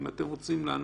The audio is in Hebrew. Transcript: אם אתם רוצים לענות,